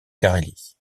carélie